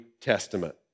Testament